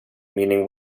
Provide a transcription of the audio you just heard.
meaning